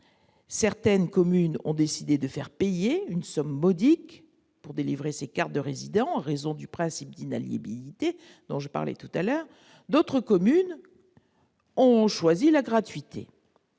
certaines communes ont décidé de faire payer une somme modique pour délivrer ces cartes de résident en raison du principe d'inaliénabilité dont je parlais tout à l'heure d'autres communes ont choisi la gratuité,